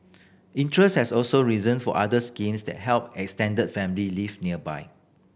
interest has also risen for other schemes that help extended family live nearby